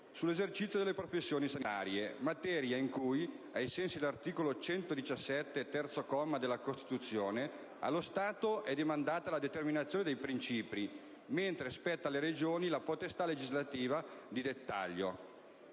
sull'esercizio delle professioni sanitarie, materia in cui, ai sensi dell'articolo 117, terzo comma, della Costituzione, allo Stato è demandata la determinazione dei principi, mentre spetta alle Regioni la potestà legislativa di dettaglio.